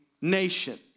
nation